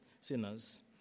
sinners